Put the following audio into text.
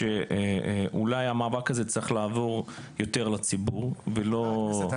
שאולי המאבק הזה צריך לעבור יותר לציבור ולא -- די,